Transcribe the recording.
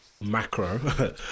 macro